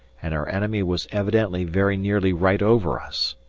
and our enemy was evidently very nearly right over us.